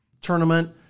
tournament